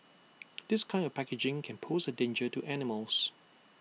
this kind of packaging can pose A danger to animals